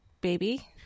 baby